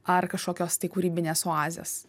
ar kažkokios tai kūrybinės oazės